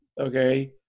okay